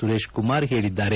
ಸುರೇಶ್ಕುಮಾರ್ ಹೇಳಿದ್ದಾರೆ